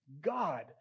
God